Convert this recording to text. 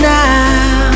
now